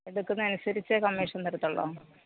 എടുക്കുന്ന അനുസരിച്ച് കമ്മീഷൻ തരത്തുള്ളു